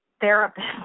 therapist